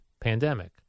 pandemic